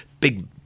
big